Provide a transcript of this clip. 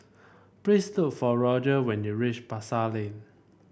please look for Roger when you reach Pasar Lane